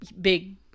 big